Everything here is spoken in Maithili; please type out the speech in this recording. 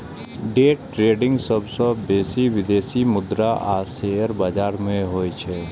डे ट्रेडिंग सबसं बेसी विदेशी मुद्रा आ शेयर बाजार मे होइ छै